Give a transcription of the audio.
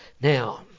Now